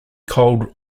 cold